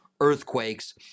Earthquakes